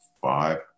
five